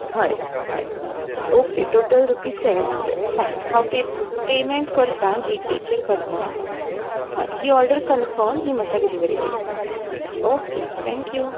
हय हय okay total rupees seven hundred हय हय हांव पे पेमेंट करता जी पेचेर करता ही ऑर्डर कनफम हाची म्हाका डिलीवरी दिया हय तीं दोगांय ऑर्डर कनफम ओके थँक्यू